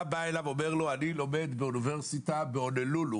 אתה אומר שאתה לומד באוניברסיטה בהונולולו.